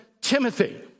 Timothy